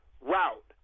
route